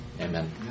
amen